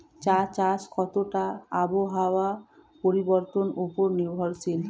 চা চাষ কতটা আবহাওয়ার পরিবর্তন উপর নির্ভরশীল?